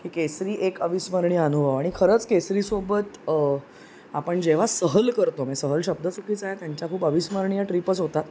की केसरी एक अविस्मरणीय अनुभव आणि खरंच केसरीसोबत आपण जेव्हा सहल करतो मी सहल शब्द सुकीच आहे त्यांच्या खूप अविस्मरणीय ट्रिपच होतात